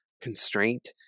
constraint